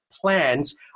plans